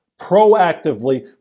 proactively